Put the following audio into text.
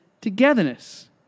togetherness